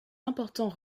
important